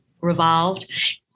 revolved